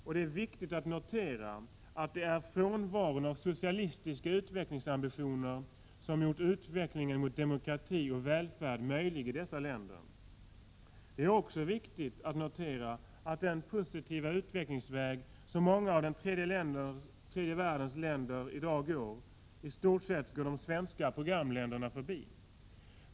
Och det är viktigt att notera, att det är frånvaron av socialistiska utvecklingsambitioner som gjort utvecklingen mot demokrati och välfärd möjlig i dessa länder. Det är också viktigt att notera att den positiva utvecklingsvägen i många av den tredje världens länder i stort sett går de svenska programländerna förbi.